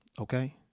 Okay